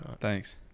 Thanks